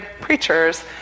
preachers